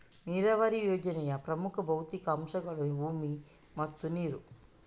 ನೀರಾವರಿ ಯೋಜನೆಯ ಪ್ರಮುಖ ಭೌತಿಕ ಅಂಶಗಳು ಭೂಮಿ ಮತ್ತು ನೀರು